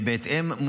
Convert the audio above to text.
בהתאם,